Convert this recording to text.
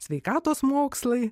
sveikatos mokslai